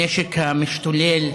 הנשק המשתולל,